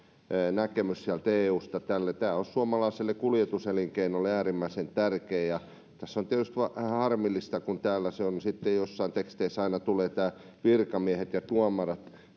näkemys tälle tämä olisi suomalaiselle kuljetuselinkeinolle äärimmäisen tärkeä tässä on tietysti vähän harmillista kun täällä sitten joissain teksteissä aina tulee tämä että virkamiehet ja tuomarit